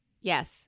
Yes